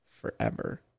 forever